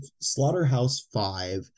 Slaughterhouse-Five